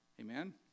Amen